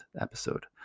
episode